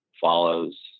follows